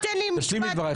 לפרישה.